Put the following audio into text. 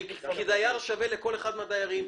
שאז היא דייר שווה ליתר הדיירים,